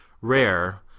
rare